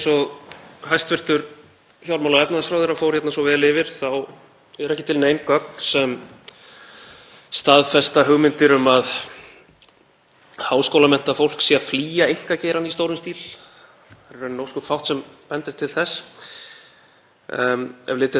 háskólamenntað fólk sé að flýja einkageirann í stórum stíl. Það er í rauninni ósköp fátt sem bendir til þess. Ef litið er til fjölda opinberra starfsmanna í hlutfalli við fólksfjölda sjáum við að fjöldi opinberra starfsmanna hefur svo gott sem staðið í stað á undanförnum tíu árum.